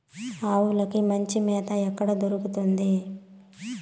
ఆవులకి మంచి మేత ఎక్కడ దొరుకుతుంది?